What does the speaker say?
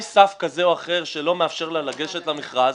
סף כזה או אחר שלא מאפשר לה לגשת למכרז,